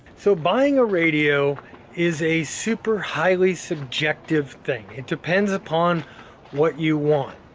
so buying a radio is a super highly-subjective thing. it depends upon what you want.